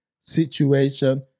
situation